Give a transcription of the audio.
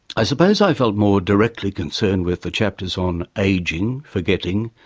i suppose i felt more directly concerned with the chapters on ageing, forgetting,